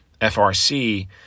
FRC